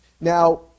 Now